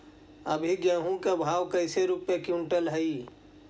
अभी गेहूं के भाव कैसे रूपये क्विंटल हई?